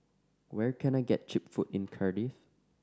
where can I get cheap food in Cardiff